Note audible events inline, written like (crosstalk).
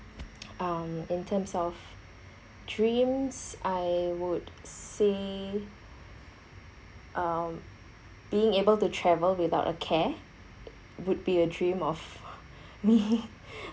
um in terms of dreams I would say um being able to travel without a care would be a dream of me (laughs)